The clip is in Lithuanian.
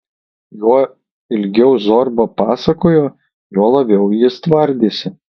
juo ilgiau zorba pasakojo juo labiau jis tvardėsi